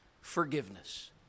forgiveness